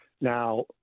Now